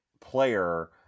player